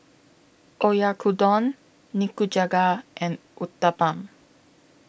Oyakodon Nikujaga and Uthapam